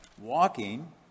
walking